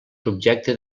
subjecte